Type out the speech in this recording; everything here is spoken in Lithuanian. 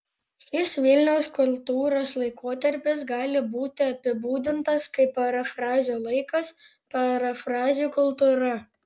šis vilniaus kultūros laikotarpis gali būti apibūdintas kaip parafrazių laikas parafrazių kultūra